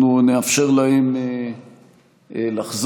אנחנו נאפשר להם לחזור,